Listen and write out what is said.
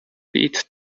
pete